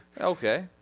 Okay